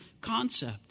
concept